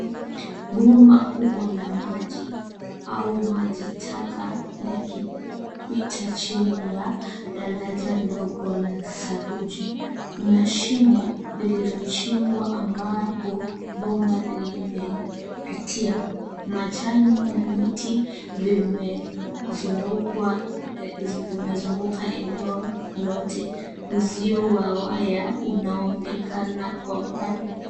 Bomba kubwa la maji au maji taka likipita chini ya daraja ndogo la saruji kuna shimo lililochimbwa ambapo bomba limepitia majani na miti zimezunguka eneo lote, uzio wa waya unaonekana kwa mbali.